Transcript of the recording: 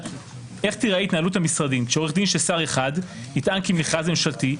איך תיראה התנהלות המשרדים כשעורך דין של שר אחד יטען כי מכרז ממשלתי,